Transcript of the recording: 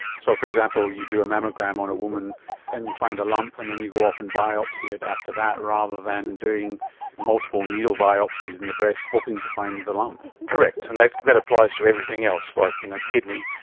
so, for example, you do a mammogram on a woman and you find a lump and then you go off and biopsy it after that rather than doing multiple needle biopsies in the breast hoping to find the lump. correct. and that that applies to everything else, like kidney,